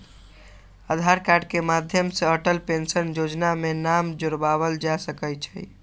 आधार card के माध्यम से अटल पेंशन जोजना में नाम जोरबायल जा सकइ छै